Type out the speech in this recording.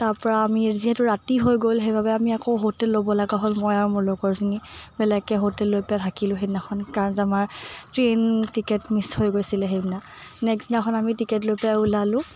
তাৰপৰা আমি যিহেতু ৰাতি হৈ গ'ল সেইবাবে আমি আকৌ হোটেল ল'ব লগা হ'ল মই আৰু মোৰ লগৰ জনীয়ে বেলেগকৈ হোটেল লৈ পেলাই থাকিলো সেইদিনাখন কাৰণ আমাৰ ট্ৰেইন টিকেত মিছ হৈ গৈছিলে সেইদিনা নেক্সট দিনাখন আমি টিকেত লৈ পেলাই ওলালো